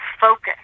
focus